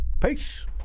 Peace